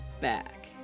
back